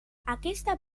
aquesta